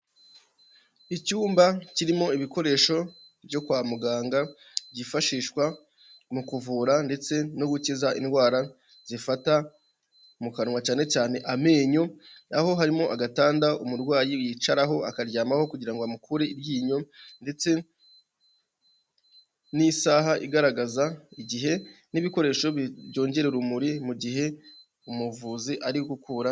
Icyumba kirimo ibikoresho byo kwa muganga byifashishwa mu kuvura ndetse no gukiza indwara zifata mu kanwa cyane cyane amenyo, aho harimo agatanda umurwayi yicaraho, akaryamaho kugira ngo amukure i iryinyo ndetse n'isaha igaragaza igihe n'ibikoresho byongera urumuri mu gihe umuvuzi ari gukura.